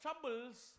troubles